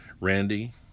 Randy